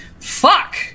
Fuck